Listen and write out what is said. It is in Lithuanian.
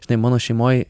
žinai mano šeimoj